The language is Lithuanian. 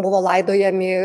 buvo laidojami